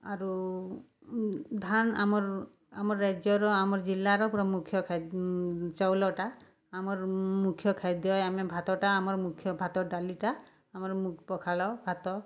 ଆରୁ ଧାନ ଆମର୍ ଆମର୍ ରାଜ୍ୟର ଆମର୍ ଜିଲ୍ଲାର ପୁରା ମୁଖ୍ୟ ଚାଉଲଟା ଆମର୍ ମୁଖ୍ୟ ଖାଦ୍ୟ ଆମେ ଭାତଟା ଆମର୍ ମୁଖ୍ୟ ଭାତ ଡାଲିଟା ଆମର୍ ପଖାଳ ଭାତ